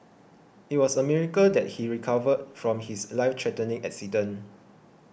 it was a miracle that he recovered from his life threatening accident